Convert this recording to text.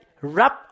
rub